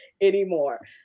anymore